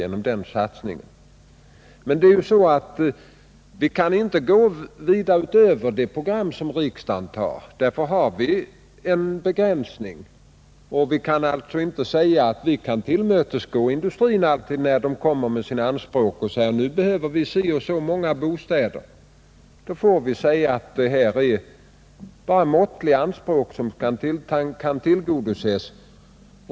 Men vi kan inte gå väsentligt utöver det program riksdagen har fastställt. Där har vi en begränsning. Vi kan alltså inte tillmötesgå industrin när den kommer med sina anspråk på så och så många bostäder. Vi måste svara att endast måttliga anspråk kan tillgodoses.